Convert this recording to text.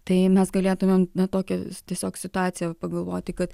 tai mes galėtumėm ne tokią tiesiog situaciją pagalvoti kad